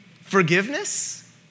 Forgiveness